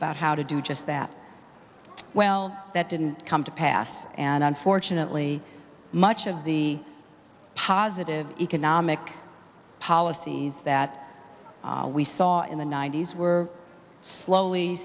about how to do just that well that didn't come to pass and unfortunately much of the positive economic policies that we saw in the ninety's were slowly